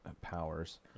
powers